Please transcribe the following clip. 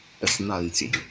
personality